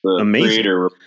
amazing